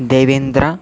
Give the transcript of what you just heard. Devendra